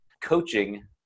Coaching